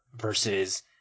versus